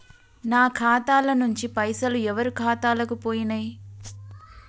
నా ఖాతా ల నుంచి పైసలు ఎవరు ఖాతాలకు పోయినయ్?